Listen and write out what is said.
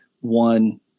one